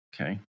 Okay